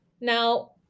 Now